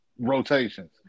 Rotations